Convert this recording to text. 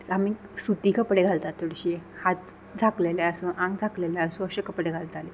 आमी सुती कपडे घालतात थोडीशी हात झाकलेले आसूं आंग झाकलेलें आसूं अशे कपडे घालताले